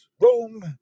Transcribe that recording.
Rome